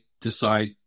decide